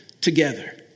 together